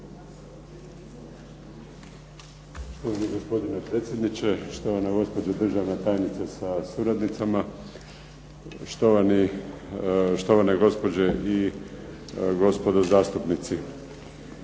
Štovani gospodine predsjedniče, štovana gospođo državna tajnice sa suradnicama, štovane gospođe i gospodo zastupnici.